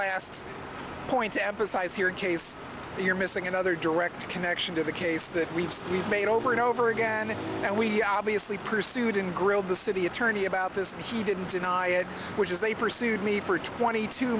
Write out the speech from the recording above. last point to emphasize here in case you're missing another direct connection to the case that we've we've made over and over again and we obviously pursued and grilled the city attorney about this and he didn't deny it which is they pursued me for twenty two